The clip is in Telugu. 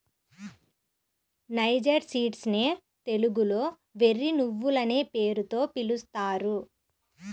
నైజర్ సీడ్స్ నే తెలుగులో వెర్రి నువ్వులనే పేరుతో పిలుస్తారు